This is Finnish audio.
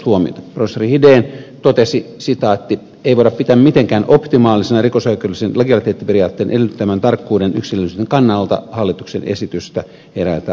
professori hiden totesi että ei voida pitää mitenkään optimaalisina rikos eikä se ole jätetty rikosoikeudellisen legaliteettiperiaatteen edellyttämän yksillöllisyyden kannalta kohtia hallituksen esityksestä eräiltä osin